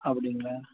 அப்படிங்களா